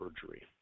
perjury